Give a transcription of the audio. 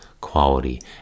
quality